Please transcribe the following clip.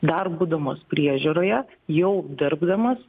dar būdamas priežiūroje jau dirbdamas